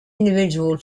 individual